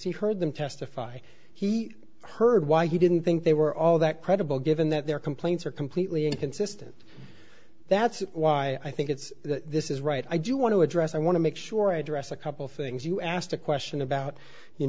he heard them testify he heard why he didn't think they were all that credible given that their complaints are completely inconsistent that's why i think it's this is right i do want to address i want to make sure i address a couple things you asked a question about you